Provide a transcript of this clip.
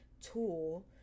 tool